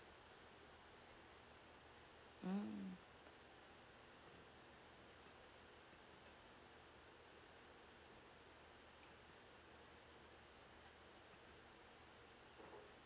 mm